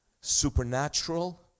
supernatural